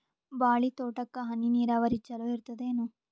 ಬಾಳಿ ತೋಟಕ್ಕ ಹನಿ ನೀರಾವರಿ ಚಲೋ ಇರತದೇನು?